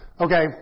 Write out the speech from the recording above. Okay